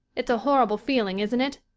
it's a horrible feeling, isn't it?